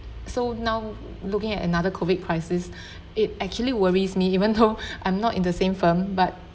so now looking at another COVID crisis it actually worries me even though I'm not in the same firm but